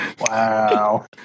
Wow